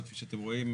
וכפי שאתם רואים,